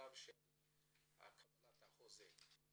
בשלב קבלת החוזה.